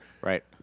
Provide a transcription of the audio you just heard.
Right